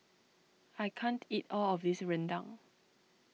I can't eat all of this Rendang